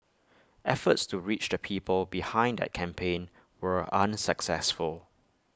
efforts to reach the people behind that campaign were unsuccessful